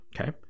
Okay